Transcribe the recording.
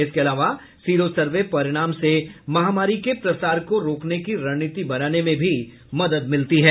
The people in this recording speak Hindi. इसके अलावा सीरो सर्वे परिणाम से महामारी के प्रसार को रोकने की रणनीति बनाने में भी मदद मिलती है